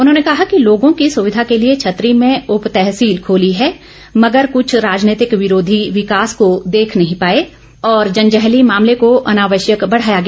उन्होंने कहा कि लोगों की सुविधा के लिए छतरी में उपतहसील खोली है मंगर कुछ राजनीतिक विरोधी विकास को देख नहीं पाए और जंजैहली मामले को अनावश्यक बढ़ाया गया